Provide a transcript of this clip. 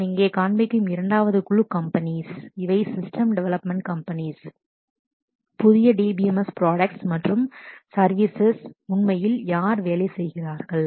நான் இங்கே காண்பிக்கும் இரண்டாவது குழு கம்பெனிஸ் இவை சிஸ்டம் டெவெலப்மென்ட் கம்பெனிஸ் புதிய DBMS பிராடக்ட்ஸ் மற்றும் சர்வீசஸ் services உண்மையில் யார் வேலை செய்கிறார்கள்